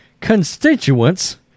constituents